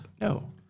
no